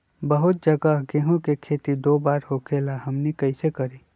बहुत जगह गेंहू के खेती दो बार होखेला हमनी कैसे करी?